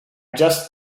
just